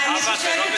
זאת הערה שלא במקומה.